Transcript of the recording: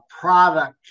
product